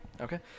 Okay